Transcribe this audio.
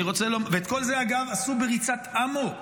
ואת כל זה, אגב, עשו בריצת אמוק.